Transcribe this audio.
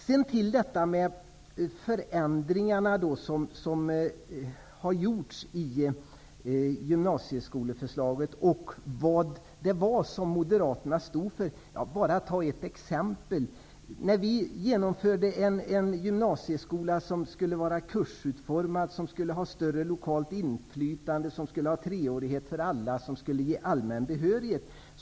Så till frågan om förändringarna i förslaget om gymnasieskolan och vad Moderaterna stod för. Jag skall bara ta ett exempel. Vi socialdemokrater införde en gymnasieskola som skulle vara kursutformad, innebära större lokalt inflytande och tre års skolgång för alla och som skulle ge allmän behörighet.